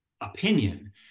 opinion